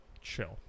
chill